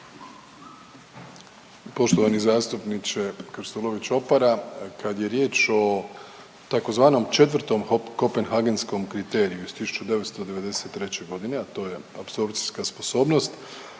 Poštovani zastupniče Krstulović Opara, kad je riječ o tzv. 4. Kopenhagenskom kriteriju iz 1993.g., a to je apsorpcijska sposobnost,